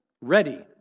ready